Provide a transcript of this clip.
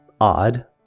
odd